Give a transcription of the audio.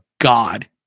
God